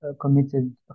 committed